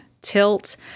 tilt